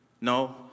no